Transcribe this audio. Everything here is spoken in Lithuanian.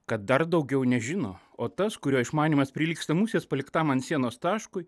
kad dar daugiau nežino o tas kurio išmanymas prilygsta musės paliktam ant sienos taškui